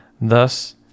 thus